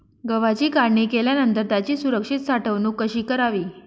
गव्हाची काढणी केल्यानंतर त्याची सुरक्षित साठवणूक कशी करावी?